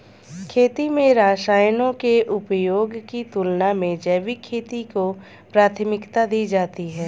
खेती में रसायनों के उपयोग की तुलना में जैविक खेती को प्राथमिकता दी जाती है